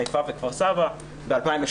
חיפה וכפר סבא ב-2018.